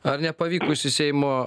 ar nepavykusi seimo